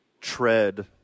Tread